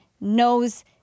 knows